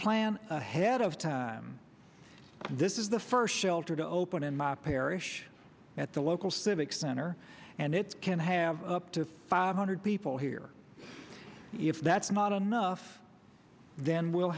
plan ahead of time this is the first shelter to open in my parish at the local civic center and it can have up to five hundred people here if that's not enough then we'll